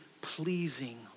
pleasing